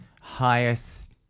highest